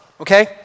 Okay